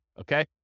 okay